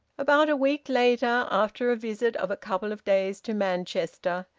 about a week later, after a visit of a couple of days to manchester,